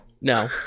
no